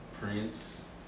Prince